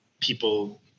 people